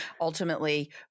Ultimately